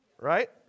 Right